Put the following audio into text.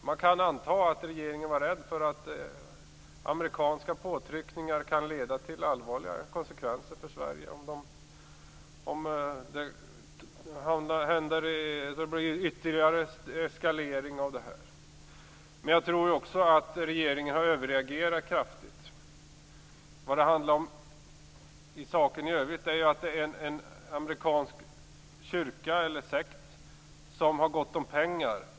Man kan anta att regeringen var rädd för att amerikanska påtryckningar kan få allvarliga konsekvenser för Sverige, om det blir en ytterligare eskalering. Men jag tror också att regeringen kraftigt har överreagerat. Det handlar i sak om en amerikansk sekt, som har gott om pengar.